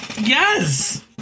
Yes